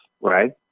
right